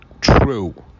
true